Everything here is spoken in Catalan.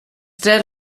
tres